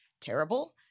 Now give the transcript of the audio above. terrible